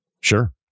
Sure